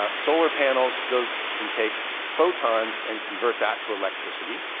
ah solar panels. those can take photons and convert that to electricity.